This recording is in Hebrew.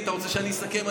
אתה רוצה שאני אסכם?